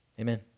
Amen